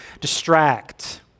distract